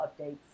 updates